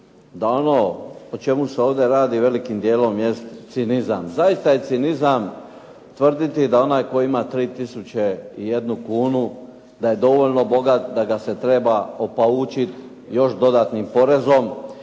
da ono o čemu se ovdje radi velikim dijelom jest cinizam. Zaista je cinizam tvrditi da onaj koji ima 3 tisuće i jednu kunu da je dovoljno bogat, da ga se treba opaučit i još dodatnim porezom